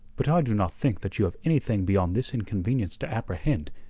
but i do not think that you have anything beyond this inconvenience to apprehend,